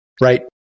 right